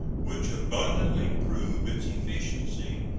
which abundantly prove its efficiency,